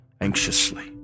anxiously